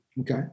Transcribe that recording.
Okay